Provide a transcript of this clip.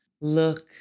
look